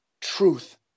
truth